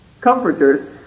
comforters